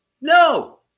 no